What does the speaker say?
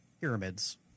pyramids